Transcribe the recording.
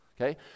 okay